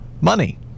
money